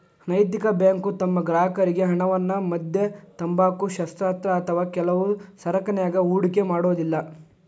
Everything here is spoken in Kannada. ನೈತಿಕ ಬ್ಯಾಂಕು ತಮ್ಮ ಗ್ರಾಹಕರ್ರಿಗೆ ಹಣವನ್ನ ಮದ್ಯ, ತಂಬಾಕು, ಶಸ್ತ್ರಾಸ್ತ್ರ ಅಥವಾ ಕೆಲವು ಸರಕನ್ಯಾಗ ಹೂಡಿಕೆ ಮಾಡೊದಿಲ್ಲಾ